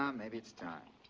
um maybe it's time.